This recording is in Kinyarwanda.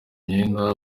imyenda